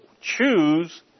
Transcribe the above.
choose